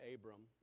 Abram